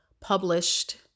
published